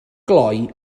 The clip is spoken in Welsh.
glou